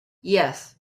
yes